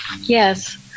yes